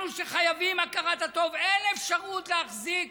אנחנו, שחייבים בהכרת הטוב, אין אפשרות להחזיק